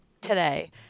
today